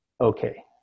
okay